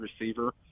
receiver